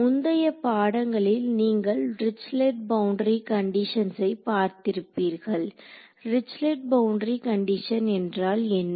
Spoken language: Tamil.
முந்தைய பாடங்களில் நீங்கள் டிரிச்லெட் பவுண்டரி கண்டிஷன்ஸை பார்த்திருப்பீர்கள் டிரிச்லெட் பவுண்டரி கண்டிஷன் என்றால் என்ன